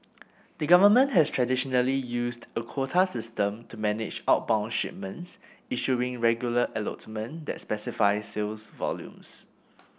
the government has traditionally used a quota system to manage outbound shipments issuing regular allotment that specify sales volumes